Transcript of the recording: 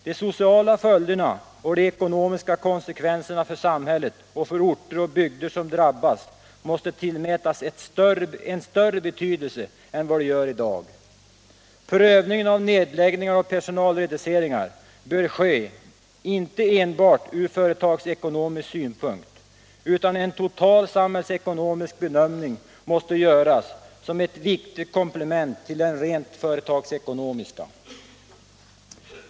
De sociala följderna och de ekonomiska konsekvenserna för samhället och för orter och bygder som drabbas måste tillmätas en större betydelse än de gör i dag. Prövningen av nedläggningar och personalreduceringar bör ske inte enbart ur företagsekonomisk synpunkt, utan en total samhällsekonomisk bedömning måste göras som ett viktigt komplement till den rent företagsekonomiska.